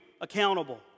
accountable